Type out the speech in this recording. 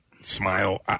smile